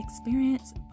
experience